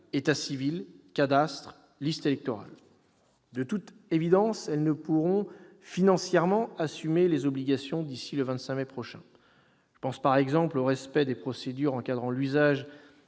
état civil, cadastre, listes électorales, etc. De toute évidence, elles ne pourront financièrement assumer ces obligations d'ici le 25 mai prochain. Je pense au respect des procédures encadrant l'usage